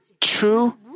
true